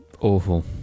Awful